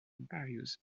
various